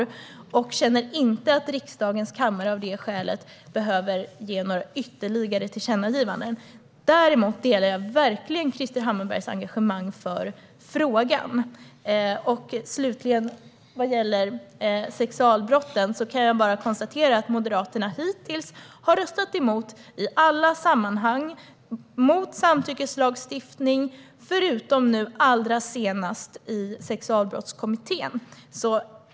Av det skälet känner jag att riksdagens kammare inte behöver göra ytterligare tillkännagivanden. Däremot delar jag verkligen Krister Hammarberghs engagemang för frågan. Vad gäller sexualbrotten har Moderaterna röstat emot samtyckeslagstiftning i alla sammanhang, utom nu senast i sexualbrottskommittén.